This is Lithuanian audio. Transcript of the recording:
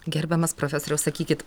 gerbiamas profesoriau sakykit